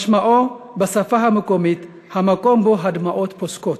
משמעו בשפה המקומית: המקום שבו הדמעות פוסקות,